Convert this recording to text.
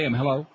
hello